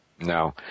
No